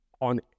on